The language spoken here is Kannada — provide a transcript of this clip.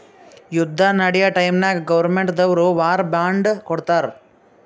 ಯುದ್ದ ನಡ್ಯಾ ಟೈಮ್ನಾಗ್ ಗೌರ್ಮೆಂಟ್ ದವ್ರು ವಾರ್ ಬಾಂಡ್ ಕೊಡ್ತಾರ್